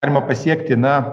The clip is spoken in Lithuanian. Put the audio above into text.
galima pasiekti na